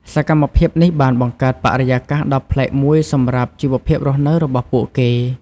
សកម្មភាពនេះបានបង្កើតបរិយាកាសដ៏ប្លែកមួយសម្រាប់ជីវភាពរស់នៅរបស់ពួកគេ។